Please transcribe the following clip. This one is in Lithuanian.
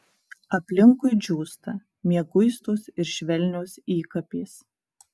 aplinkui džiūsta mieguistos ir švelnios įkapės